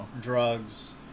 drugs